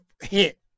hit